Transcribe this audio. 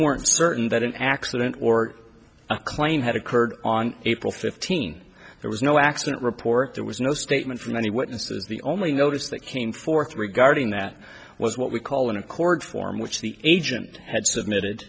weren't certain that an accident or a claim had occurred on april fifteenth there was no accident report there was no statement from any witnesses the only notice that came forth regarding that was what we call in a court form which the agent had submitted